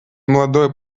молодое